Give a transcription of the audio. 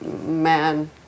man